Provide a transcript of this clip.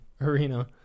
arena